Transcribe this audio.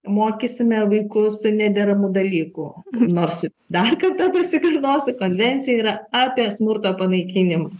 mokysime vaikus nederamu dalyku nors dar kartą pasikartosiu konvencija yra apie smurto panaikinimą